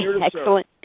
excellent